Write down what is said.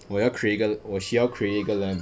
我要 create 一个我需要 create 一个 lamp